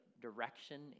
direction